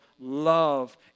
love